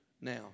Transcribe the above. Now